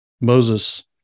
Moses